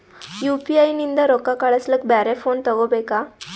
UPI ನಿಂದ ರೊಕ್ಕ ಕಳಸ್ಲಕ ಬ್ಯಾರೆ ಫೋನ ತೋಗೊಬೇಕ?